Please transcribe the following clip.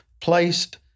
placed